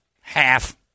Half